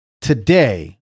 today